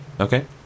Okay